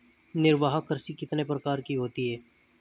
निर्वाह कृषि कितने प्रकार की होती हैं?